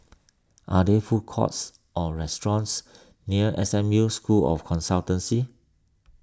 are there food courts or restaurants near S M U School of Consultancy